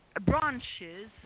branches